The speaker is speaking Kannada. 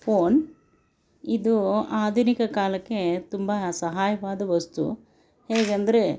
ಫೋನ್ ಇದು ಆಧುನಿಕ ಕಾಲಕ್ಕೆ ತುಂಬ ಸಹಾಯವಾದ ವಸ್ತು ಹೇಗೆಂದರೆ